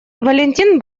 валентин